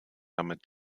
damit